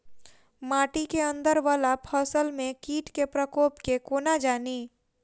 माटि केँ अंदर वला फसल मे कीट केँ प्रकोप केँ कोना जानि?